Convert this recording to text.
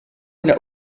not